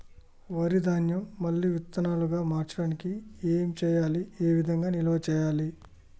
వరి ధాన్యము మళ్ళీ విత్తనాలు గా మార్చడానికి ఏం చేయాలి ఏ విధంగా నిల్వ చేయాలి?